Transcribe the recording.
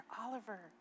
Oliver